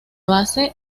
base